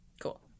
Cool